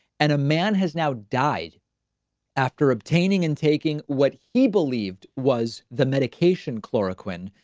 and a man has now died after obtaining and taking what he believed was the medication, chloroquine,